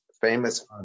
Famous